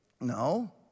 no